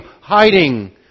hiding